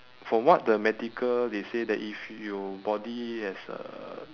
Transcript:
from what the medical they say that if your body has a